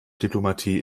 diplomatie